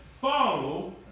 follow